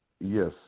Yes